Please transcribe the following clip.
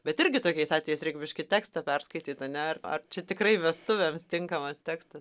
bet irgi tokiais atvejais reik biškį tekstą perskaityt ane ar čia tikrai vestuvėms tinkamas tekstas